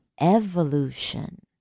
evolution